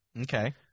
Okay